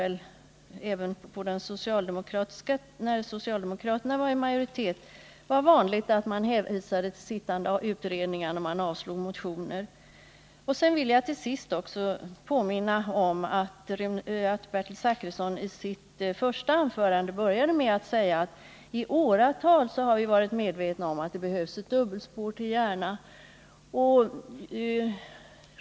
Även när socialdemokraterna var i majoritet var det väl vanligt att man hänvisade till sittande utredningar när man avslog motioner. Till sist vill jag påminna om att Bertil Zachrisson började sitt första anförande med att säga att vi i åratal har varit medvetna om att det behövs ett dubbelspår till Järna.